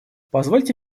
позвольте